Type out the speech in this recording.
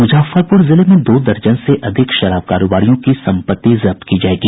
मुजफ्फरपुर जिले में दो दर्जन से अधिक शराब कारोबारियों की संपत्ति जब्त की जायेगी